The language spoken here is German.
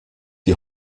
die